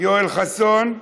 יואל חסון,